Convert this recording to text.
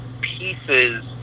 pieces